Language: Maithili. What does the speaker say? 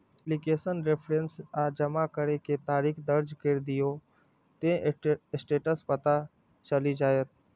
एप्लीकेशन रेफरेंस आ जमा करै के तारीख दर्ज कैर दियौ, ते स्टेटस पता चलि जाएत